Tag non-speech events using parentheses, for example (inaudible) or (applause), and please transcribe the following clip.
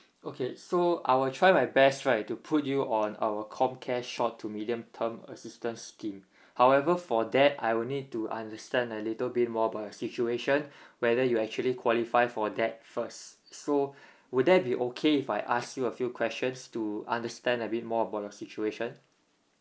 okay so I will try my best right to put you on our comcare short to medium term assistance scheme (breath) however for that I will need to understand a little bit more about your situation (breath) whether you actually qualify for that first so (breath) would that be okay if I ask you a few questions to understand a bit more about your situation